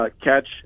Catch